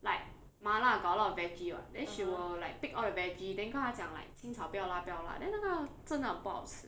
like 麻辣 got a lot of vegetables [what] then she will like pick all the vegetables then 跟他讲 like 清炒不要辣不要辣 then 那个真的真的不好吃